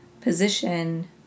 position